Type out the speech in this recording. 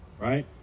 right